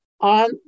on